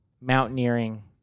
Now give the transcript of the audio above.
mountaineering